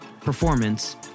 performance